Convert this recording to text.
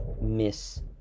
Miss